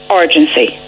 urgency